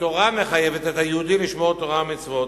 התורה מחייבת את היהודי לשמור תורה ומצוות.